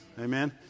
Amen